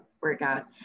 workout